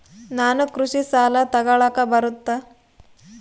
ನಾನು ಕೃಷಿ ಸಾಲ ತಗಳಕ ಬರುತ್ತಾ?